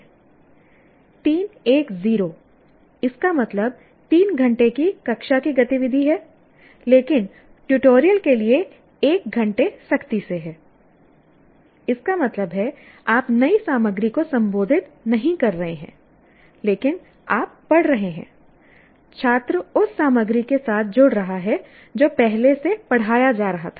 3 1 0 इसका मतलब 3 घंटे की कक्षा की गतिविधि है लेकिन ट्यूटोरियल के लिए 1 घंटे सख्ती से है इसका मतलब है आप नई सामग्री को संबोधित नहीं कर रहे हैं लेकिन आप पढ़ रहे हैं छात्र उस सामग्री के साथ जुड़ रहा है जो पहले से पढ़ाया जा रहा था